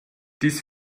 dies